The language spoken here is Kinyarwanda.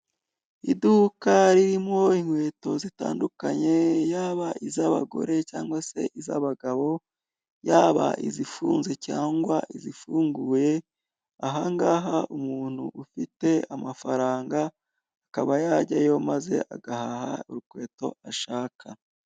Iduka ririmo inkweto zitandukanye: yaba iza abagore cyangwa iza abagabo, yaba izifunze cyangwa izifunguye, aha ngaha umuntu ufite amafaranga akaba yajyayo maze agahaha urukweto ashaka.